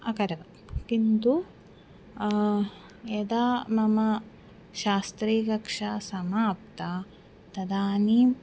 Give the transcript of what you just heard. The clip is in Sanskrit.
अकरवं किन्तु यदा मम शास्त्रीकक्षा समाप्ता तदानीम्